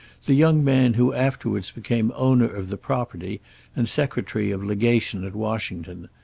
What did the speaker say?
the young man who afterwards became owner of the property and secretary of legation at washington.